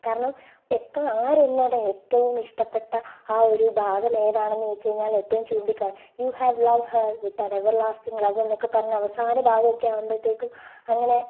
കാരണം എപ്പം ആര് എന്നോടേറ്റവും ഇഷ്ടപ്പെട്ട ആ ഒരു ഭാഗം ഏതാണെന്ന് ചോദിച്ച് കഴിഞ്ഞാൽ എപ്പോഴും ചൂണ്ടിക്കാട്ടാൻ you have love her with an everlasting love എന്നൊക്കെ പറഞ്ഞ് അവസാന ഭാഗമൊക്കെ ആകുമ്പോഴ്ത്തേക്കും അങ്ങനെ